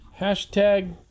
hashtag